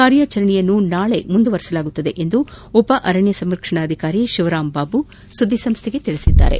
ಕಾರ್ಯಾಚರಣೆಯನ್ನು ನಾಳಿ ಮುಂದುವರಿಸಲಾಗುವುದು ಎಂದು ಉಪ ಅರಣ್ಯ ಸಂರಕ್ಷಣಾಧಿಕಾರಿ ಶಿವರಾಂ ಬಾಬು ಸುದ್ದಿ ಸಂಸ್ಥೆಗೆ ತಿಳಿಸಿದ್ದಾರೆ